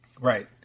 Right